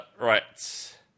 Right